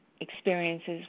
experiences